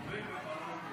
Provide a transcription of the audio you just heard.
--- (אומר בשפה המרוקאית: